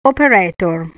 Operator